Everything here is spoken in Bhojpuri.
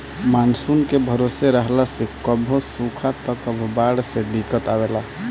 मानसून के भरोसे रहला से कभो सुखा त कभो बाढ़ से दिक्कत आवेला